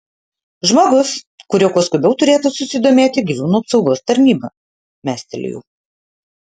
žmogus kuriuo kuo skubiau turėtų susidomėti gyvūnų apsaugos tarnyba mestelėjau